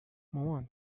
مامان